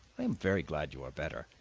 i am very glad you are better,